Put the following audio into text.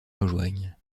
rejoignent